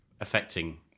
affecting